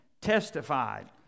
Testified